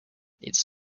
its